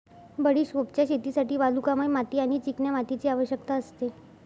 बडिशोपच्या शेतीसाठी वालुकामय माती आणि चिकन्या मातीची आवश्यकता असते